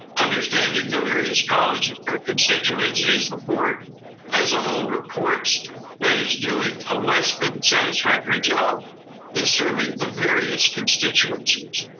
understanding the various colleges constituencies, the board as a whole reports that is doing a less than satisfactory job in serving the various constituencies.